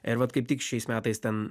ir vat kaip tik šiais metais ten